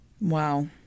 Wow